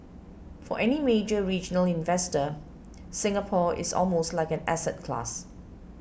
for any major regional investor Singapore is almost like an asset class